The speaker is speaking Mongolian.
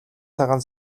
цагаан